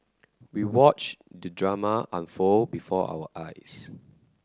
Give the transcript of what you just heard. we watched the drama unfold before our eyes